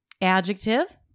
Adjective